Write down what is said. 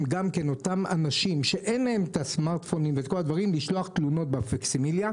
שאותם אנשים שאין להם את הסמארטפונים יוכלו לשלוח תלונות בפקסימיליה.